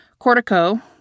cortico